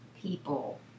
people